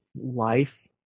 life